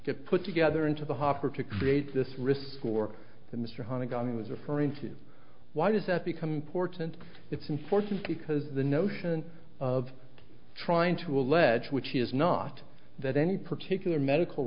get put together into the hopper to create this risk for the mr honig i was referring to why does that become important it's unfortunate because the notion of trying to allege which is not that any particular medical